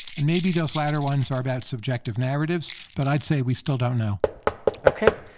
and maybe those latter ones are about subjective narratives, but i'd say we still don't know ok.